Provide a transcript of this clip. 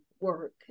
work